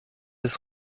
ist